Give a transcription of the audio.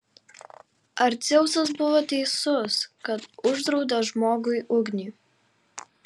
ar dzeusas buvo teisus kad uždraudė žmogui ugnį